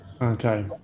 Okay